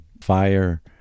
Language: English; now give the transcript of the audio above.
fire